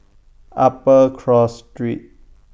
Upper Cross Street